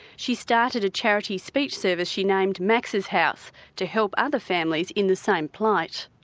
she started a charity speech service she named max's house to help other families in the same plight.